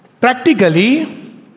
practically